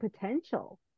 potential